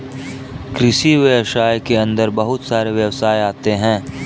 कृषि व्यवसाय के अंदर बहुत सारे व्यवसाय आते है